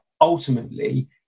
ultimately